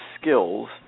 skills